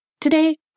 Today